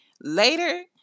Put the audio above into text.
Later